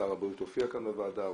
שר הבריאות הופיע כאן בוועדה,